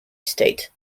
state